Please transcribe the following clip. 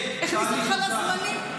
הכניס אותך לזמנים?